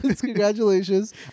Congratulations